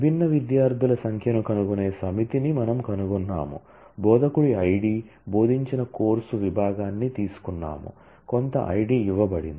విభిన్న విద్యార్థుల సంఖ్యను కనుగొనే సమితిని మనము కనుగొన్నాము బోధకుడు ఐడి బోధించిన కోర్సు విభాగాన్ని తీసుకున్నాము కొంత ఐడి ఇవ్వబడింది